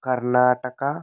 Karnataka